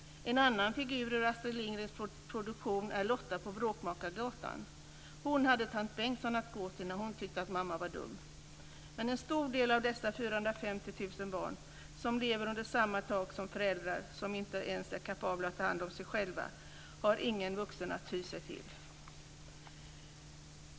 En annan figur ur Astrid Lindgrens produktion är Lotta på Bråkmakargatan. Hon hade tant Berg att gå till när hon tyckte att mamma var dum. Men en stor del av dessa 450 000 barn som lever under samma tak som föräldrar som inte ens är kapabla att ta hand om sig själva har ingen vuxen att ty sig till.